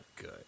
good